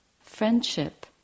friendship